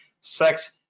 sex